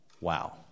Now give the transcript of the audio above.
wow